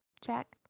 Check